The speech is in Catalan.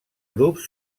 grups